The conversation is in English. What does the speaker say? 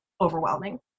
overwhelming